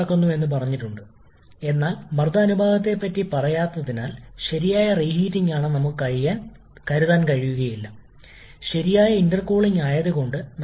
മർദ്ദം P1 മുതൽ മർദ്ദം P2 വരെ വാതകം കംപ്രസ്സുചെയ്യാൻ നോക്കുന്ന ഒരു കംപ്രസ്സറിനായി ഇവിടെ ഡയഗ്രം കാണിച്ചിരിക്കുന്നു